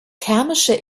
thermische